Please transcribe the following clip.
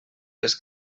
les